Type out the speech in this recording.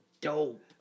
dope